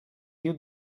diu